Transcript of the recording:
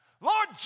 Lord